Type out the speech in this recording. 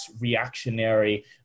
reactionary